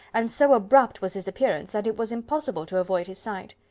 and so abrupt was his appearance, that it was impossible to avoid his sight.